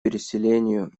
переселению